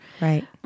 right